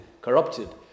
corrupted